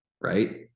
right